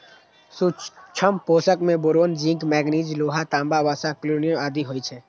सूक्ष्म पोषक मे बोरोन, जिंक, मैगनीज, लोहा, तांबा, वसा, क्लोरिन आदि होइ छै